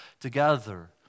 together